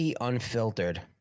unfiltered